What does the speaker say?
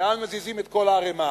לאן מזיזים את כל הערימה.